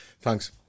thanks